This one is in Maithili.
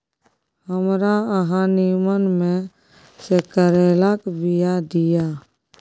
हमरा अहाँ नीमन में से करैलाक बीया दिय?